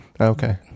Okay